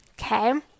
okay